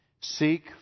seek